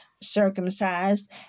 circumcised